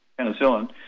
penicillin